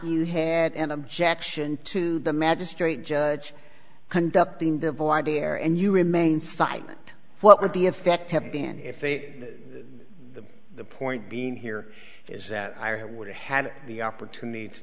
you had an objection to the magistrate judge conducting divide here and you remain silent what would the effect have been if the the point being here is that i would have had the opportunity to